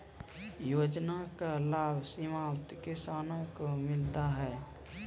योजना का लाभ सीमांत किसानों को मिलता हैं?